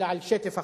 אלא על שטף החוקים.